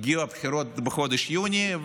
הגיעו הבחירות בחודש יוני,